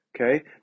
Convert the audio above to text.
Okay